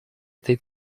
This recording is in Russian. этой